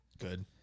Good